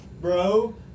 bro